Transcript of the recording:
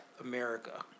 America